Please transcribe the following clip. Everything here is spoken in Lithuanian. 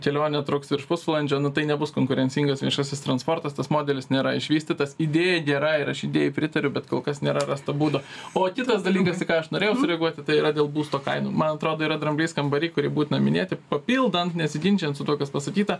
kelionė truks virš pusvalandžio nu tai nebus konkurencingas viešasis transportas tas modelis nėra išvystytas idėja gera ir aš idėjai pritariu bet kol kas nėra rasta būdo o kitas dalykas į ką aš norėjau sureaguoti tai yra dėl būsto kainų man atrodo yra dramblys kambary kurį būtina minėti papildant nesiginčijant su tuo kas pasakyta